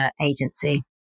agency